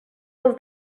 les